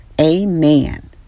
Amen